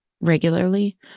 regularly